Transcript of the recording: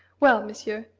well, monsieur,